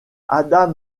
adam